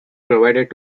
provided